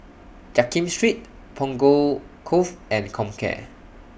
Jiak Kim Street Punggol Cove and Comcare